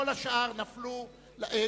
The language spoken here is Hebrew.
כל השאר הורדו.